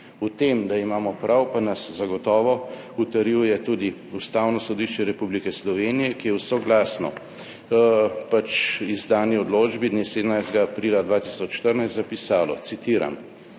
V tem, da imamo prav, pa nas zagotovo utrjuje tudi Ustavno sodišče Republike Slovenije, ki je soglasno pač izdani odločbi dne 17. aprila 204 zapisalo, citiram: